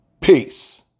Peace